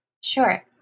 Sure